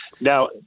Now